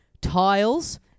Tiles